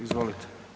Izvolite.